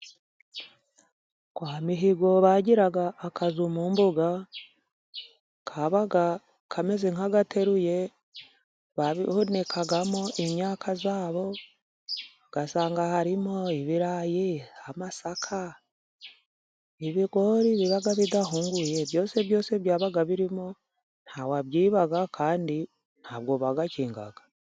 Kwa Mihigo bagiraga akazu mu mbuga， kabaga kameze nk'agateruye， bahunikagamo imyaka yabo，ugasanga harimo ibirayi， amasaka， ibigori biba bidahunguye， byose byose byabaga birimo，nta wabyibaga kandi ntabwo bagakingaga.